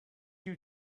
you